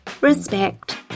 respect